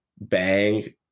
bang